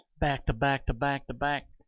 Back-to-back-to-back-to-back